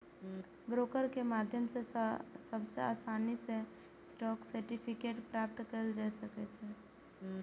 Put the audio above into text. broker के माध्यम सं सबसं आसानी सं स्टॉक सर्टिफिकेट प्राप्त कैल जा सकै छै